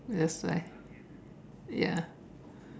that's why ya